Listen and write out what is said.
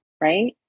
right